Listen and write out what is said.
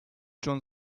john